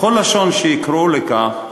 בכל לשון שיקראו לכך,